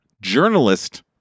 journalist